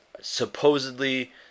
Supposedly